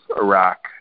iraq